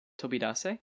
Tobidase